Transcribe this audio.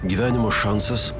gyvenimo šansas